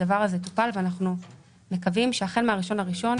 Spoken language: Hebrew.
הדבר הזה טופל ואנחנו מקווים שהחל מ-1 בינואר,